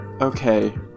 Okay